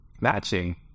matching